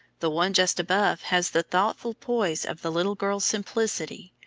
the one just above has the thoughtful poise of the little girl simplicity,